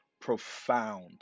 profound